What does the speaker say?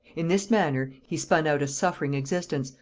in this manner he spun out a suffering existence,